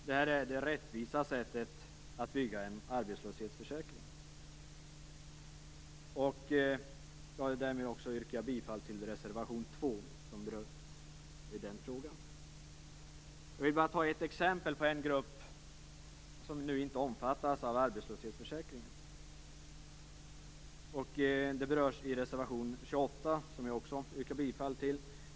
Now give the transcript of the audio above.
Det är det rättvisa sättet att bygga upp en arbetslöshetsförsäkring. Jag vill med detta yrka bifall till reservation 2, som berör denna fråga. Jag vill ge ett exempel på en grupp som nu inte omfattas av arbetslöshetsförsäkringen, något som berörs i reservation 28, som jag också yrkar bifall till.